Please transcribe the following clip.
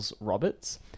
Roberts